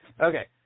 Okay